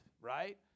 right